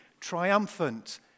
triumphant